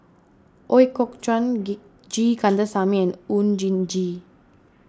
Ooi Kok Chuen G Kandasamy Oon Jin Gee